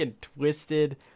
twisted